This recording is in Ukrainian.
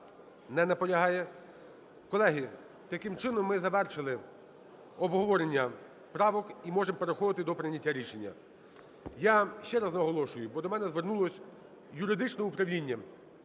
Не наполягає. Колеги, таким чином ми завершили обговорення правок і можемо переходити до прийняття рішення. Я ще раз наголошую, бо до мене звернулось юридичне управління.